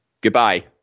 Goodbye